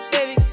Baby